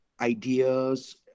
ideas